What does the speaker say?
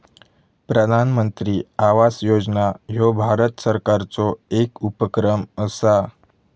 प्रधानमंत्री आवास योजना ह्यो भारत सरकारचो येक उपक्रम असा